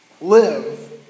Live